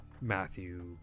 Matthew